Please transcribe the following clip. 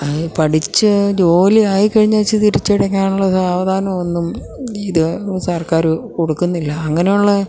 അതായത് പഠിച്ച് ജോലിയായി കഴിഞ്ഞിട്ട് തിരിച്ചടയ്ക്കാനുള്ള സാവധാനമൊന്നും ഇത് സർക്കാര് കൊടുക്കുന്നില്ല അങ്ങനെയുള്ള